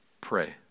pray